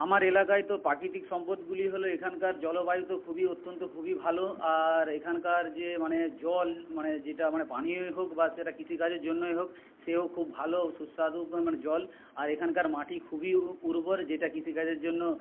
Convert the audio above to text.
আমার এলাকায় তো প্রাকিতিক সম্পদগুলি হলো এখানকার জলবায়ু তো খুবই অত্যন্ত খুবই ভালো আর এখানকার যে মানে জল মানে যেটা আমরা পানীয়ই হোক বা সেটা কৃষিকাজের জন্যই হোক সেও খুব ভালো সুস্বাদু মানে জল আর এখানকার মাটি খুবই উর্বর যেটা কৃষিকাজের জন্য